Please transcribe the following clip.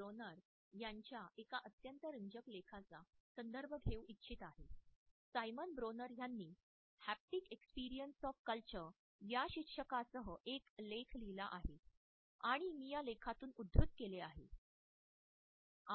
Bronner यांच्या एका अत्यंत रंजक लेखाचा संदर्भ घेऊ इच्छित आहे सायमन ब्रोनर यांनी 'हॅप्टिक एक्सपीरियन्स ऑफ कल्च' या शीर्षकासह एक लेख लिहिला आहे आणि मी या लेखातून उद्धृत केले आहे